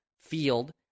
field